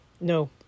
No